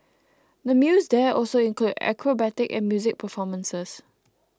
the meals there also include acrobatic and music performances